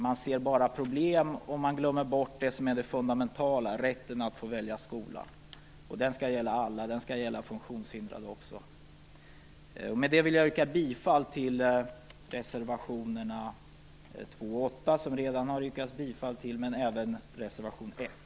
Den ser bara problem och glömmer bort det fundamentala: rätten att välja skola. Denna rätt skall gälla alla, även funktionshindrade. Med det vill jag yrka bifall till reservationerna 2 och 8 som bifall redan har yrkats till, men även till reservation 1.